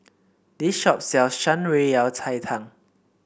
this shop sells Shan Rui Yao Cai Tang